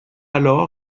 alors